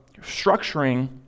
structuring